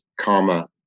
Karma